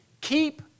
Keep